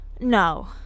No